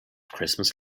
christmas